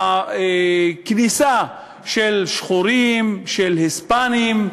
כניסה של שחורים, של היספנים,